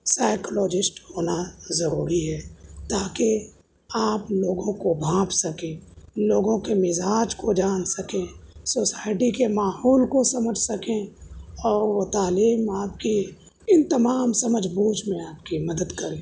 psychologist ہونا ضروری ہے تاکہ آپ لوگوں کو بھانپ سکیں لوگوں کے مزاج کو جان سکیں سوسائٹی کے ماحول کو سمجھ سکیں اور وہ تعلیم آپ کی ان تمام سمجھ بوجھ میں آپ کی مدد کرے